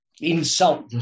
insult